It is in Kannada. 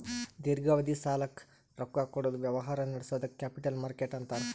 ದೀರ್ಘಾವಧಿ ಸಾಲಕ್ಕ್ ರೊಕ್ಕಾ ಕೊಡದ್ ವ್ಯವಹಾರ್ ನಡ್ಸದಕ್ಕ್ ಕ್ಯಾಪಿಟಲ್ ಮಾರ್ಕೆಟ್ ಅಂತಾರ್